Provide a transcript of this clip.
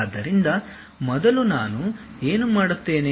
ಆದ್ದರಿಂದ ಮೊದಲು ನಾನು ಏನು ಮಾಡುತ್ತೇನೆ